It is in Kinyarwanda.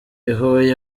huye